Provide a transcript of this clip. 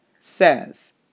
says